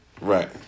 Right